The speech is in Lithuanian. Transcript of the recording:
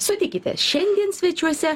sutikite šiandien svečiuose